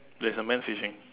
there is a man fishing